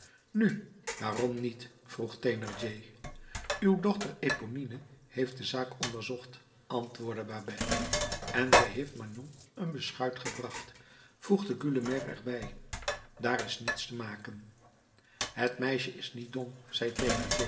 nu waarom niet vroeg thénardier uw dochter eponine heeft de zaak onderzocht antwoordde babet en zij heeft magnon een beschuit gebracht voegde gueulemer er bij daar is niets te maken het meisje is niet dom zei